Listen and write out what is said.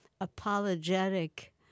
apologetic